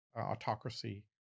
autocracy